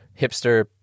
hipster